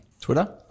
Twitter